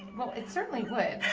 well, it certainly would.